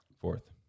Fourth